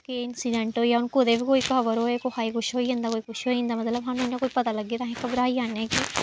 केह् इंसिडैंट होई गेआ हून कुदै बी कोई खबर होऐ कुसै गी कुछ होई जंदा कोई कुछ होई जंदा मतलब साह्नू इ'यां कोई पता लग्गै तां अस घबराई जन्नें कि